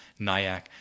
NIAC